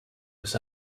was